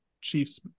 Chiefs